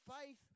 faith